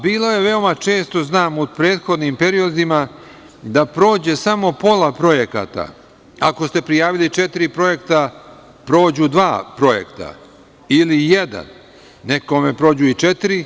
Bilo je veoma često, znam u prethodnim periodima, da prođe samo pola projekata, ako ste prijavili četiri projekta, prođu dva projekta ili jedan, nekome prođu i četiri.